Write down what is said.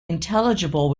intelligible